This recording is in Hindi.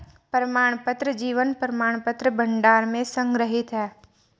प्रमाणपत्र जीवन प्रमाणपत्र भंडार में संग्रहीत हैं